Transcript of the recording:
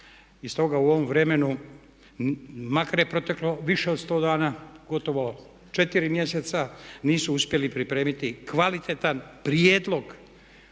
i stoga u ovom vremenu makar je proteklo više od 100 dana gotovo 4 mjeseca nisu uspjeli pripremiti kvalitetan prijedlog